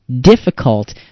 difficult